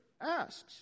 asks